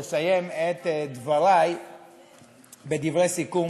לסיים את דברי בדברי סיכום